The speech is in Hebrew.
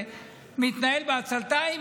זה מתנהל בעצלתיים,